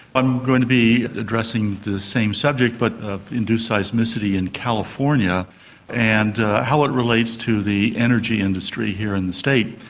i'm going to be addressing this same subject but induced seismicity in california and how it relates to the energy industry here in the state.